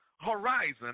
horizon